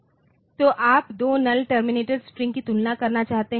तो आप दो नल्ल टर्मिनेटेड स्ट्रिंग्स की तुलना करना चाहते हैं